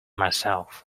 myself